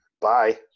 Bye